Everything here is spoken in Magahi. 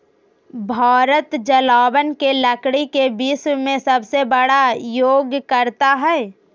भारत जलावन के लकड़ी के विश्व में सबसे बड़ा उपयोगकर्ता हइ